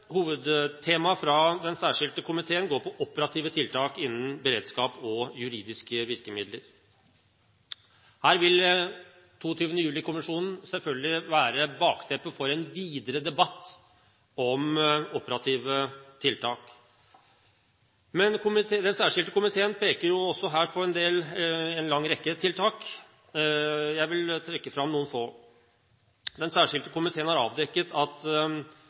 fra Den særskilte komité går på operative tiltak innen beredskap og juridiske virkemidler. Her vil 22. juli-kommisjonen selvfølgelig være bakteppet for en videre debatt om operative tiltak. Men Den særskilte komité peker også her på en lang rekke tiltak. Jeg vil trekke fram noen få: Den særskilte komité har avdekket at